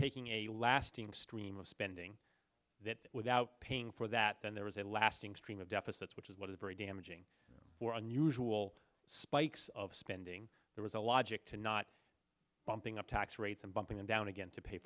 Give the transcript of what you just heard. taking a lasting stream of spending that without paying for that then there was a lasting stream of deficits which is what is very damaging for unusual spikes of spending there was a logic to not bumping up tax rates and bumping it down again to pa